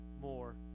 more